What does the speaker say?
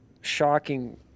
shocking